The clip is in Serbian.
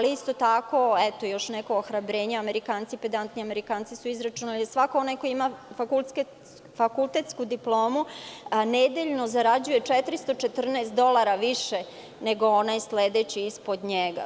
Isto tako, još neko ohrabrenje, Amerikanci, pedantni Amerikanci, su izračunali da svako ko ima fakultetsku diplomu nedeljno zarađuje 414 dolara više nego onaj sledeći ispod njega.